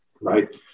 right